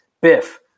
Biff